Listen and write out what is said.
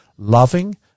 Loving